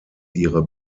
ihre